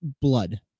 blood